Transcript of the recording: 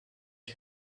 you